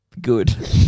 Good